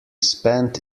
spent